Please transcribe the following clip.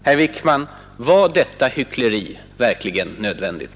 Herr Wickman, var detta hyckleri verkligen nödvändigt?